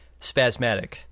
spasmatic